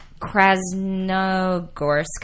Krasnogorsk